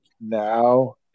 now